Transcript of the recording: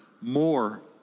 more